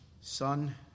son